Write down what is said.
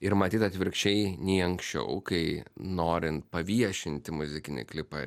ir matyt atvirkščiai nei anksčiau kai norin paviešinti muzikinį klipą